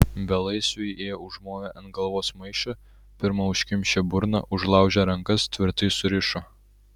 belaisviui jie užmovė ant galvos maišą pirma užkimšę burną užlaužė rankas tvirtai surišo